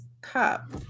Cup